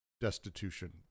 destitution